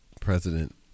president